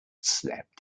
slept